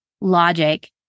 logic